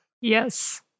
Yes